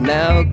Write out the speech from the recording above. now